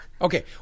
Okay